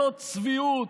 איזו צביעות.